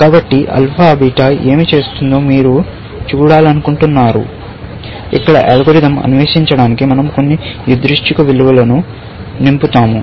కాబట్టి alpha beta ఏమి చేస్తుందో మీరు చూడాలనుకుంటున్నారు ఇక్కడ అల్గోరిథం అన్వేషించడానికి మనం కొన్ని యాదృచ్ఛిక విలువలను నింపుతాము